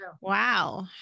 wow